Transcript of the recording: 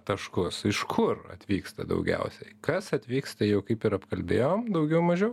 taškus iš kur atvyksta daugiausiai kas atvyksta jau kaip ir apkalbėjom daugiau mažiau